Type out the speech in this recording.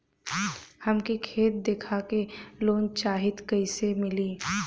हमके खेत देखा के लोन चाहीत कईसे मिली?